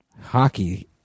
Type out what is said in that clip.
hockey